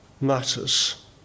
matters